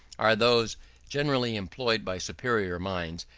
are those generally employed by superior minds,